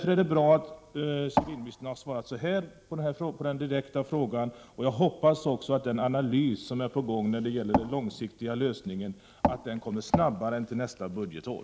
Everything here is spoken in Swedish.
Det är därför bra att civilministern har gett detta svar på den direkta frågan, och jag hoppas att den analys som är på gång när det gäller den långsiktiga lösningen kommer snabbare än till nästa budgetår.